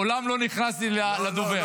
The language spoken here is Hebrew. מעולם לא נכנסתי לדובר.